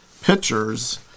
pictures